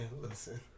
listen